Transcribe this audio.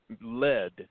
led